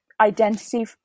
identity